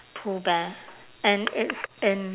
pooh bear and it's in